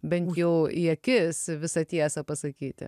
bent jau į akis visą tiesą pasakyti